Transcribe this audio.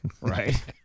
right